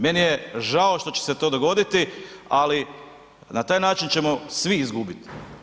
Meni je žao što će se to dogoditi, ali na taj način ćemo svi izgubiti.